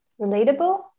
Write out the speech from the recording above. relatable